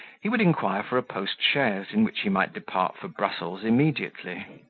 he would inquire for a post-chaise, in which he might depart for brussels immediately.